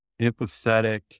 empathetic